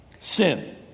sin